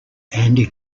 andy